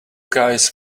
guys